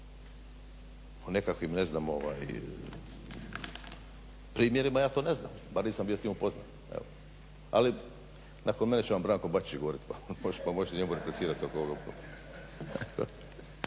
o nekakvim, ne znam primjerima ja to ne znam. Bar nisam bio s tim upoznat. Ali nakon mene će vam Branko Bačić govorit, pa možete njemu replicirati.